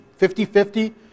50-50